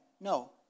No